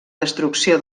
destrucció